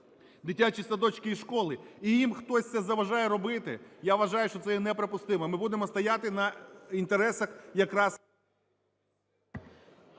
дитячі садочки і школи, і їм хтось це заважає робити. Я вважаю, що це є неприпустимим. Ми будемо стояти на інтересах якраз…